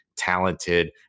talented